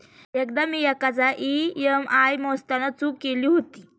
एकदा मी एकाचा ई.एम.आय मोजताना चूक केली होती